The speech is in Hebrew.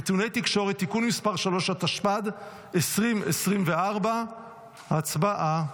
נתוני תקשורת) (תיקון מס' 3), התשפ"ד 2024. הצבעה.